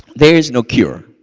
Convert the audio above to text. there is no cure,